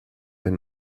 wenn